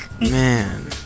Man